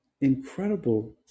incredible